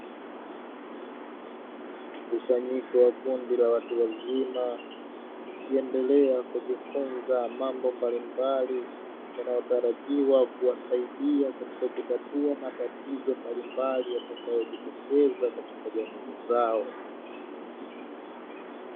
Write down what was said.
Mkusanyiko wa kundi la watu wazima, likiendelea kujifunza mambo mbalimbali yanayotarajiwa kuwasaidia katika kutatua matatizo mbalimbali, yatakayojitokeza katika jamii zao.